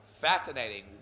Fascinating